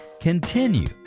continue